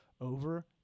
over